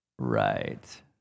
Right